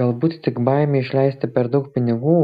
galbūt tik baimė išleisti per daug pinigų